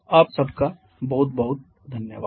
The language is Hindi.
आप सबका बहुत बहुत धन्यवाद